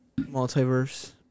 Multiverse